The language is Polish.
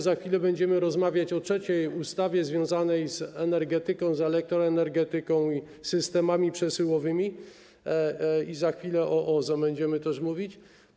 Za chwilę będziemy rozmawiać o trzeciej ustawie związanej z energetyką, z elektroenergetyką i systemami przesyłowymi, będziemy też mówić o OZE.